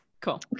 Cool